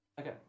Okay